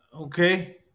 okay